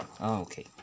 okay